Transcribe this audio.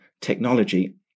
technology